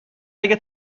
اگه